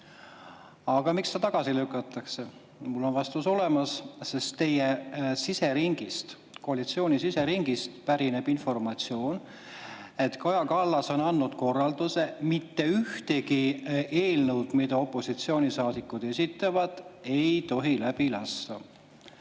Aga miks see tagasi lükatakse? Mul on vastus olemas. Teie siseringist, koalitsiooni siseringist pärineb informatsioon, et Kaja Kallas on andnud korralduse, et mitte ühtegi eelnõu, mille opositsioonisaadikud esitavad, ei tohi läbi lasta.